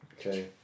okay